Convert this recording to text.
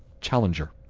Challenger